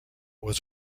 was